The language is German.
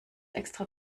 extra